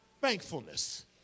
thankfulness